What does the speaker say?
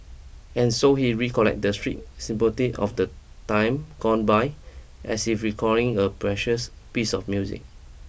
and so he recollect the street symphony of the time gone by as if recalling a precious piece of music